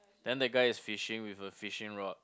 then the guy is fishing with a fishing rod